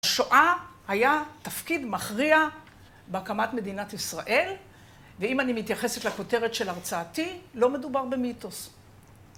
לשואה היה תפקיד מכריע בהקמת מדינת ישראל, ואם אני מתייחסת לכותרת של הרצאתי, לא מדובר במיתוס.